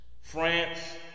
France